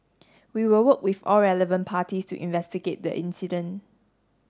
we will work with all relevant parties to investigate the incident